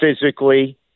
physically